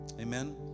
Amen